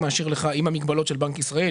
הבנק מאשר לך עם המגבלות של בנק ישראל,